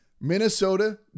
Minnesota